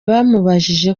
bamubwiye